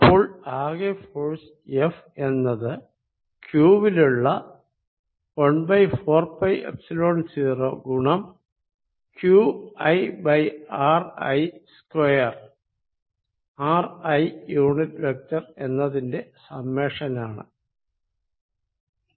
അപ്പോൾ ആകെ force F എന്നത് q വിലുള്ള 14πϵ0 ഗുണം q iri square ri unit vector എന്നതിന്റെ സമ്മേഷൻ ആണ്